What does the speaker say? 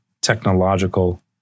technological